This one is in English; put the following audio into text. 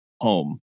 home